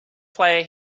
player